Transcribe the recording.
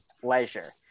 pleasure